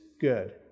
good